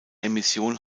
emission